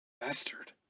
bastard